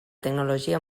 tecnologia